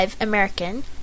American